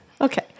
Okay